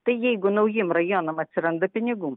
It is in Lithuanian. tai jeigu naujiem rajonam atsiranda pinigų